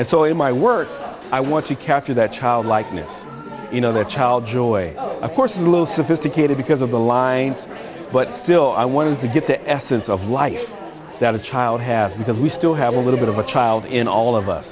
and so in my work i want to capture that child likeness you know that child joy of course is a little sophisticated because of the lines but still i wanted to get the essence of life that a child has because we still have a little bit of a child in all of us